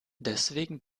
deswegen